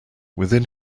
within